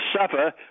suffer